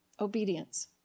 Obedience